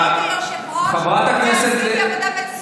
הייתי יושבת-ראש ועשיתי עבודה מצוינת,